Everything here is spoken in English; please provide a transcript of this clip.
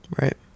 Right